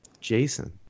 Jason